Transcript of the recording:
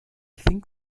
think